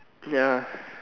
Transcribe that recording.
ya